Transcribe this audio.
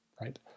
right